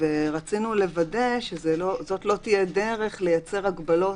רצינו לוודא שזאת לא תהיה דרך לייצר הגבלות